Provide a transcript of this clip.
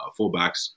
fullbacks